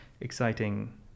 exciting